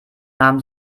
nahm